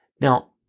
Now